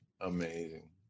Amazing